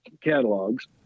catalogs